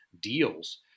deals